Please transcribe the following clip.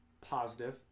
positive